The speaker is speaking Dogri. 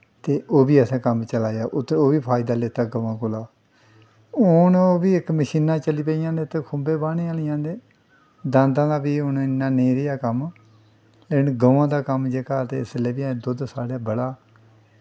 ते ओह् बी असें कम्म चलाया ओह् बी असें फैदा लैत्ता गवैं कोला हून ओह् बी इक मशीनां चली पेइयां इत्थै खुम्बे ब्हाने आह्लियां ते दांदे दा बी हून इन्ना नेईं रेहा कम्म ते गवें दा बी कम्म जेह्ड़ा ते इसलै बी दुद्ध साढ़ै बड़ा ऐ